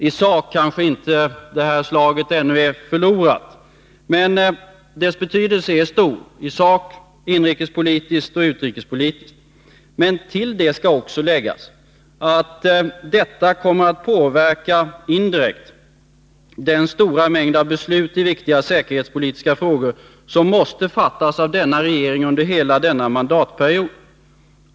I sak kanske inte det här slaget ännu är förlorat, men dess betydelse är stor —i sak, inrikespolitiskt och utrikespolitiskt. Men härtill skall också läggas att detta kommer att indirekt påverka den stora mängd av beslut i viktiga säkerhetspolitiska frågor som måste fattas av denna regering under hela denna mandatperiod.